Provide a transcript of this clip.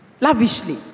Lavishly